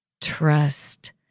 trust